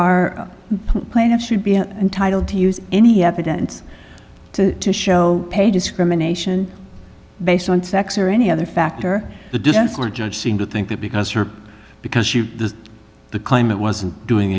are plaintiff should be entitled to use any evidence to show pay discrimination based on sex or any other factor the defense or judge seem to think that because her because she was the climate wasn't doing